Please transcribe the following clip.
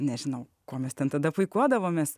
nežinau ko mes ten tada puikuodavomės